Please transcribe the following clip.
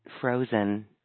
frozen